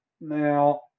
Now